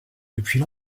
depuis